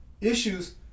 issues